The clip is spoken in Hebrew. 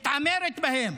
מתעמרת בהם.